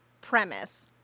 premise